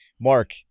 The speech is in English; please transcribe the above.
Mark